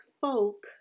folk